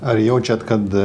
ar jaučiat kad